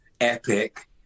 epic